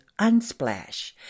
Unsplash